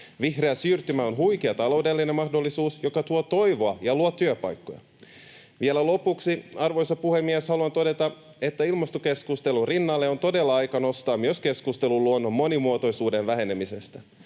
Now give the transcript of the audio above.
Vihreä siirtymä on huikea taloudellinen mahdollisuus, joka tuo toivoa ja luo työpaikkoja. Vielä lopuksi, arvoisa puhemies, haluan todeta, että ilmastokeskustelun rinnalle on todella aika nostaa myös keskustelu luonnon monimuotoisuuden vähenemisestä.